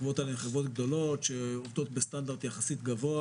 החברות האלה הן חברות גדולות שעובדות בסטנדרט יחסית גבוה